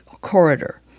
corridor